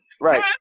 Right